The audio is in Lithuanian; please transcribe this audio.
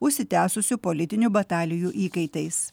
užsitęsusių politinių batalijų įkaitais